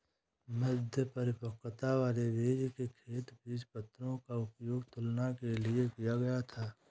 मध्य परिपक्वता वाले बीजों के खेत बीजपत्रों का उपयोग तुलना के लिए किया गया था